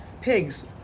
pigs